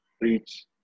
reach